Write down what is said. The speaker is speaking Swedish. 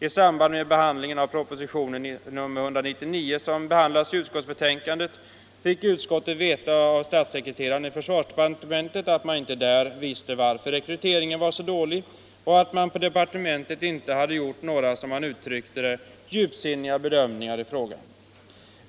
I samband med behandlingen av propositionen 199, som ligger till grund för detta utskottsbetänkande, fick utskottet veta av statssekreteraren i försvarsdepartementet, att man där inte visste varför rekryteringen var så dålig och att man på departementet inte hade gjort några — som han uttryckte det — ”djupsinniga bedömningar”.